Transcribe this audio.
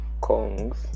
Kongs